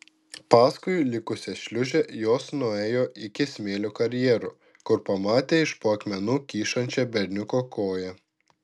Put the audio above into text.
paskui likusią šliūžę jos nuėjo iki smėlio karjero kur pamatė iš po akmenų kyšančią berniuko koją